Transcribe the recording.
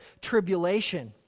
tribulation